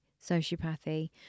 sociopathy